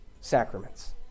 sacraments